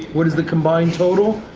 what is the combined total?